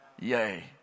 Yay